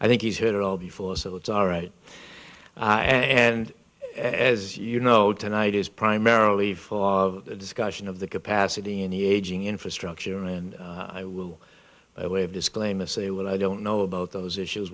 i think he's heard it all before so it's all right and as you know tonight is primarily for our discussion of the capacity in the aging infrastructure and i will by way of disclaimer say what i don't know about those issues